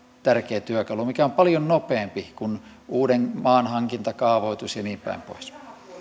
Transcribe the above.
tärkeä työkalu mikä on paljon nopeampi kuin uuden maan hankinta kaavoitus ja niinpäin pois